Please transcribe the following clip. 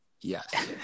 yes